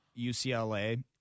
UCLA